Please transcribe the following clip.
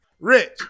Rich